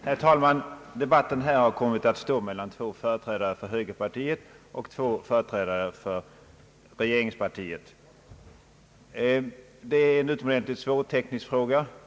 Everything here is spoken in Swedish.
Herr talman! Debatten har kommit att stå mellan två företrädare för högerpartiet och två företrädare för regeringspartiet. Vi diskuterar nu en utomordentligt svår teknisk fråga.